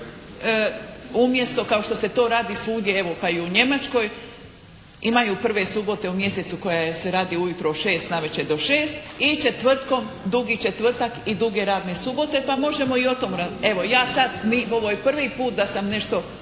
umjesto kao što se to radi svugdje evo pa i u Njemačkoj, imaju prve subote u mjesecu koja se radi u jutro od 6 na večer do 6 i četvrtkom dugi četvrtak i duge radne subote, pa možemo i o tom,